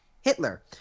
Hitler